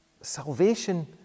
Salvation